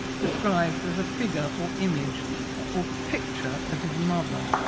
described as a figure or image or picture of his mother.